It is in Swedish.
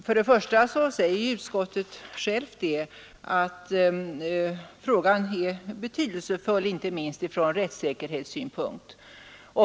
För det första säger utskottet att frågan är betydelsefull, inte minst från rättssäkerhetssynpunkt.